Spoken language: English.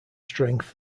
strength